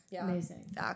Amazing